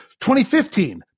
2015